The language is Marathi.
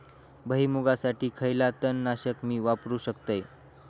भुईमुगासाठी खयला तण नाशक मी वापरू शकतय?